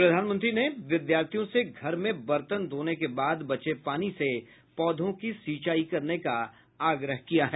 प्रधानमंत्री ने विद्यार्थियों से घर में बर्तन धोने के बाद बचे पानी से पौधों की सिंचाई करने का आग्रह किया है